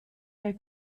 der